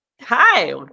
Hi